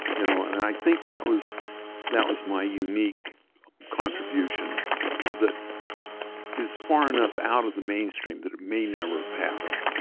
you know and i think that was that was my unique contribution that is far enough out of the mainstream that it may never have happened,